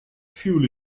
fuel